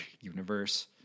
universe